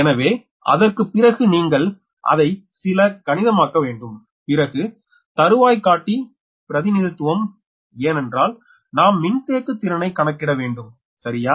எனவே அதற்குப் பிறகு நீங்கள் அதை சில கணிதமாக்க வேண்டும் பிறகு தறுவாய்காட்டி பிரதிநிதித்துவம் ஏனென்றால் நாம் மின்தேக்குத் திறனை கணக்கிட வேண்டும் சரியா